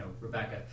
Rebecca